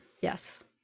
yes